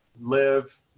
live